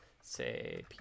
say